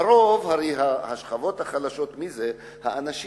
מי אלה השכבות החלשות, אנשים